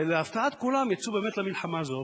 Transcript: ולהפתעת כולם, יצאו למלחמה הזאת